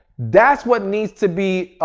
that's what needs to be